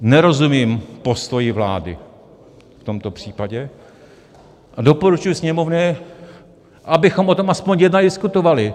Nerozumím postoji vlády v tomto případě a doporučuji Sněmovně, abychom o tom aspoň diskutovali.